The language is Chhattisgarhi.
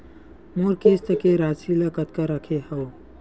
मोर किस्त के राशि ल कतका रखे हाव?